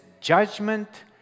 judgment